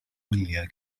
wyliau